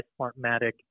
Smartmatic